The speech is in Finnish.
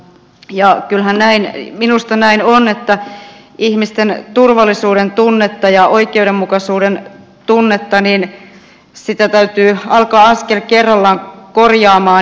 kyllähän minusta näin on että ihmisten turvallisuuden tunnetta ja oikeudenmukaisuuden tunnetta täytyy alkaa askel kerrallaan korjata